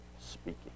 speaking